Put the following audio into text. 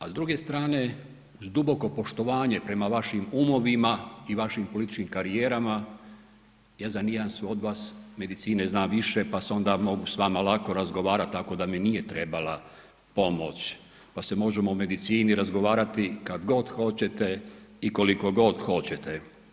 Ali, s druge strane, duboko poštovanje prema vašim umovima i vašim političkim karijerama, ja za nijansu od vas medicine znam više pa se onda mogu s vama lako razgovarati, tako da mi nije trebala pomoć, pa se možemo o medicini razgovarati, kad god hoćete i koliko god hoćete.